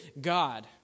God